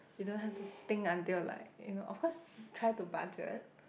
you don't have to think until like you know of course try to budget